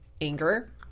anger